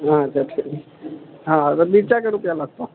हाँ तब मिरचाइके रुपैआ लागतऽ